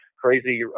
crazy